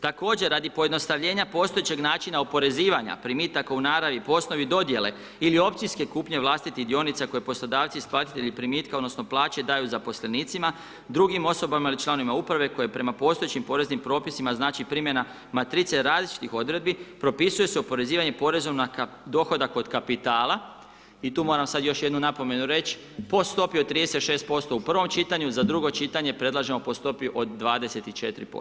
Također radi pojednostavljenja postojećeg načina oporezivanja primitaka u naravi po osnovi dodjele ili općinske kupnje vlastitih dionica koje poslodavci isplatitelji primitka odnosno plaće, daju zaposlenicima, drugim osobama ili članovima uprave koji prema postojećim poreznim propisima, znači primjena matrice različitih odredbi, propisuje se oporezivanje porezom na dohodak od kapitala, i tu moram sad još jednu napomenu reć', po stopi od 36% u prvom čitanju, za drugo čitanje predlažemo po stopi od 24%